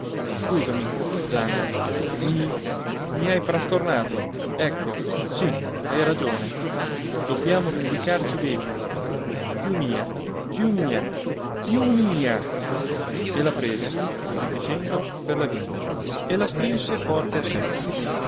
cusami ianna i mi hai frastornato ecco sì hai ragione dobbiamo vendicarci bene più mia più mia più mia e la prese così dicendo per la vita e la strinse forte a sé